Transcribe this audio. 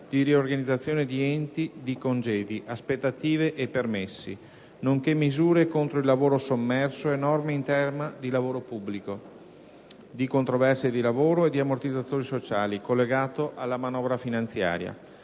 di riorganizzazione di enti, di congedi, aspettative e permessi, nonché misure contro il lavoro sommerso e norme in tema di lavoro pubblico, di controversie di lavoro e di ammortizzatori sociali*** *(Approvato dalla Camera dei